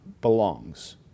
belongs